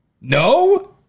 No